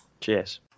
Cheers